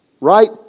right